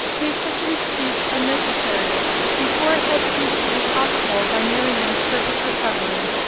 made such an excuse unnecessary before it had ceased to be possible, by marianne's perfect recovery.